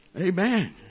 Amen